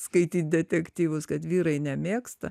skaityt detektyvus kad vyrai nemėgsta